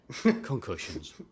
Concussions